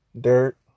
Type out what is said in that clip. Dirt